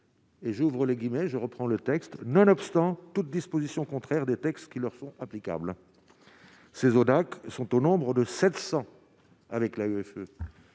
Et j'ouvre les guillemets, je reprends le texte nonobstant toute disposition contraire des textes qui leur sont applicables ces Hodac sont au nombre de 700 avec la